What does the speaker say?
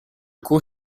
cou